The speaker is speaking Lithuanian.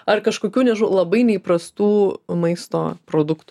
ar kažkokių nežinau labai neįprastų maisto produktų